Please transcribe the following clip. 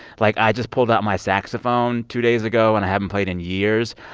like, i just pulled out my saxophone two days ago, and i haven't played in years.